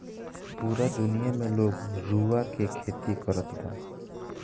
पूरा दुनिया में लोग रुआ के खेती करत बा